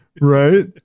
right